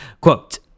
Quote